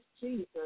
Jesus